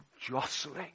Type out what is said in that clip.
jostling